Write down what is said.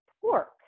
pork